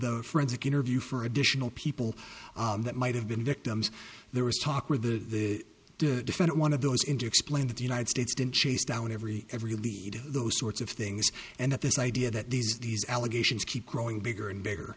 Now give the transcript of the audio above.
the forensic interview for additional people that might have been victims there was talk or the defend it one of those in to explain that the united states didn't chase down every every lead those sorts of things and that this idea that these these allegations keep growing bigger and bigger